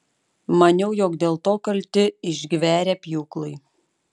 maniau jog dėl to kalti išgverę pjūklai